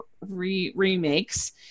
remakes